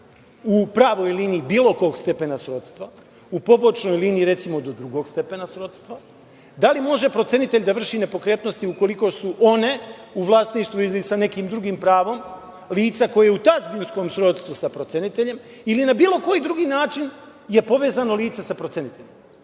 u pravoj liniji bilo kog stepena srodstva, ili u pobočnoj liniji recimo do drugog stepena srodstva? Da li može procenitelj da vrši nepokretnosti ukoliko su one u vlasništvu ili sa nekim drugim pravom lica koje je u tazbinskom srodstvu sa proceniteljem, ili na bilo koji drugi način je povezano lice sa proceniteljem?